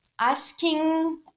asking